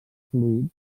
fluid